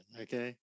okay